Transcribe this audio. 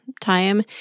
time